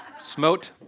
Smote